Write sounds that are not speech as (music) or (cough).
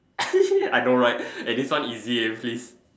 (laughs) I know right and it's not easy please